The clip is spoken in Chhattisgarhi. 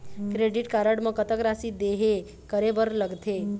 क्रेडिट कारड म कतक राशि देहे करे बर लगथे?